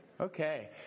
Okay